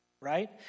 Right